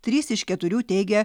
trys iš keturių teigia